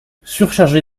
surchargé